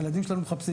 הילדים שלנו מחפשים